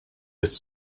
its